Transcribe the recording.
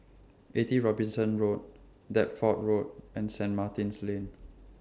eighty Robinson Road Deptford Road and Saint Martin's Lane